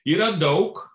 yra daug